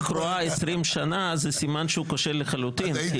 קרואה 20 שנה זה סימן שהוא כושל לחלוטין.